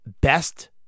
best